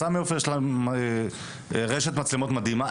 לסמי עופר יש רשת מצלמות מדהימה.